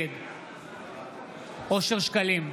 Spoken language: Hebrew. נגד אושר שקלים,